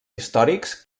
històrics